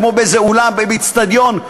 כמו באיצטדיון,